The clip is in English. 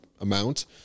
amount